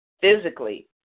physically